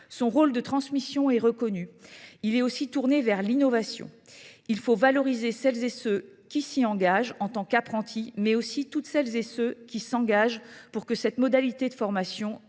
son rôle de transmission est reconnu. Il est aussi tourné vers l’innovation. Il faut valoriser celles et ceux qui choisissent l’apprentissage, mais aussi tous ceux qui s’engagent pour que cette modalité de formation